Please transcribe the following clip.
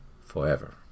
forever